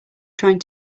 trying